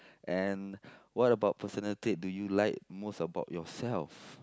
and what about personal trait do you like most about yourself